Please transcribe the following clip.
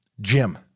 Jim